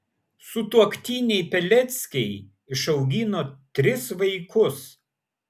sutuoktiniai peleckiai išaugino tris vaikus